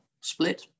split